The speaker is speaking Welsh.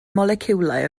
moleciwlau